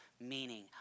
meaning